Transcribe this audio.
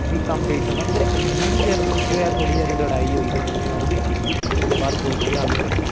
बी कम्म पेई सकदा मगर इन्ना बी जरनल केह् होआ कि थोह्ड़ी सारी लड़ाई होई ते तुसें ओह् खिच्ची दित्तीओहदे बाद पुलिसी आ गे उत्थै